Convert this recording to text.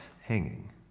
hanging